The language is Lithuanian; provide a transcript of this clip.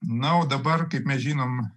na o dabar kaip mes žinom